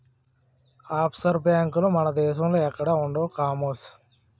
offshore బేంకులు మన దేశంలో ఎక్కడా ఉండవు కామోసు